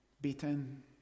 beaten